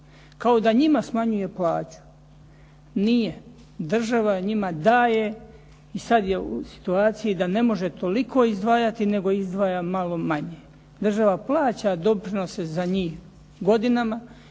kao da njima smanjuje plaću. Nije država njima daje i sada je u situaciji da ne može toliko izdvajati, nego izdvaja malo manje. Država plaća doprinose za njih godinama